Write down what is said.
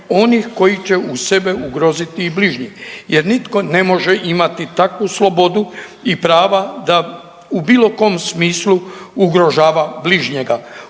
onih koji će uz sebe ugroziti i bližnje, jer nitko ne može imati takvu slobodu i prava da u bilo kom smislu ugrožava bližnjega.